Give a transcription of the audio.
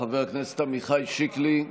חבר הכנסת עמיחי שיקלי,